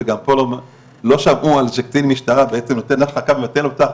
לא שמעו על קצין משטרה בעצם נותן הרחקה ומבטל אותה,